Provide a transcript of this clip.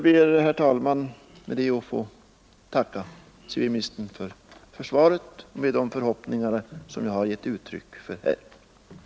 Herr talman! Med det anförda och med de förhoppningar som jag här har givit uttryck åt ber jag att få tacka civilministern för svaret.